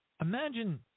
imagine